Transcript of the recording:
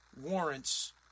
warrants